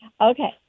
Okay